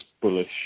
bullish